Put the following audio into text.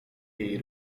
jej